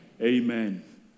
Amen